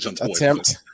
attempt